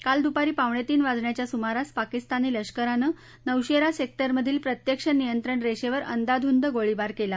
काल दुपारी पावणेतीन वाजेच्या सुमारास पाकिस्तानी लष्कराने नौशेरा सेक्टरमधील प्रत्यक्ष नियंत्रण रेषेवर अंदाधूंद गोळीबार केला